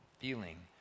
feeling